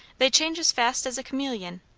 they change as fast as a chameleon.